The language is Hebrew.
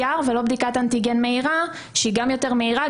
ולא בדיקת אנטיגן מהירה שהיא גם יותר מהירה,